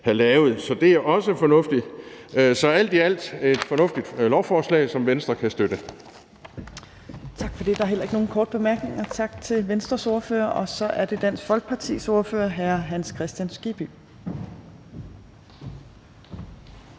Så det er også fornuftigt. Så alt i alt er det et fornuftigt lovforslag, som Venstre kan støtte. Kl. 14:42 Tredje næstformand (Trine Torp): Tak for det. Der er heller ikke nogen korte bemærkninger her. Tak til Venstres ordfører. Så er det Dansk Folkepartis ordfører, hr. Hans Kristian Skibby.